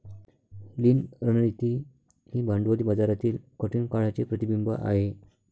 लीन रणनीती ही भांडवली बाजारातील कठीण काळाचे प्रतिबिंब आहे